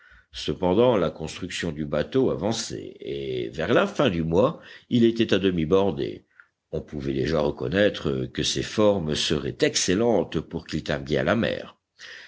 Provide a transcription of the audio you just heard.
cependant la construction du bateau avançait et vers la fin du mois il était à demi bordé on pouvait déjà reconnaître que ses formes seraient excellentes pour qu'il tînt bien la mer